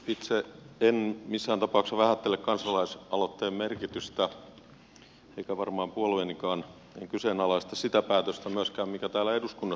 itse en missään tapauksessa vähättele kansalaisaloitteen merkitystä eikä varmaan puolueenikaan kyseenalaista sitä päätöstä myöskään mikä täällä eduskunnassa on tehty